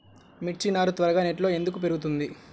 మిర్చి నారు త్వరగా నెట్లో ఎందుకు పెరుగుతుంది?